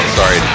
sorry